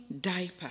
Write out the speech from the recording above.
diaper